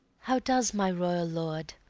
how does my royal lord?